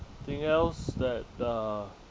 thing else that uh